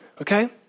okay